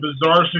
bizarre